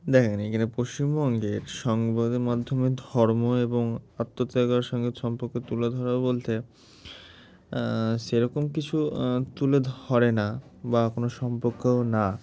দেখেন এখিন পশ্চিমবঙ্গের সংবাদের মাধ্যমে ধর্ম এবং আত্মত্যাগের সঙ্গে সম্পর্কে তুলে ধরা বলতে সেরকম কিছু তুলে ধরে না বা কোনো সম্পর্কেও না